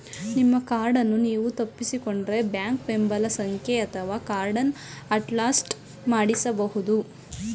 ನಿಮ್ಮ ಕಾರ್ಡನ್ನು ನೀವು ತಪ್ಪಿಸಿಕೊಂಡ್ರೆ ಬ್ಯಾಂಕ್ ಬೆಂಬಲ ಸಂಖ್ಯೆ ಅಥವಾ ಕಾರ್ಡನ್ನ ಅಟ್ಲಿಸ್ಟ್ ಮಾಡಿಸಬಹುದು